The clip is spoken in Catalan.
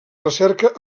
recerca